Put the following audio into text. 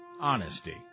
honesty